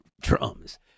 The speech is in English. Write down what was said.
drums